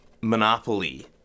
monopoly